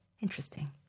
Interesting